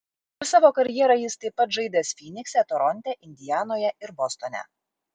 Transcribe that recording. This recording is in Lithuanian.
per savo karjerą jis taip pat žaidęs fynikse toronte indianoje ir bostone